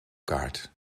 kaart